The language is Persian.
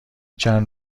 چند